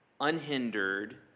unhindered